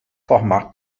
formar